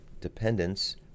dependence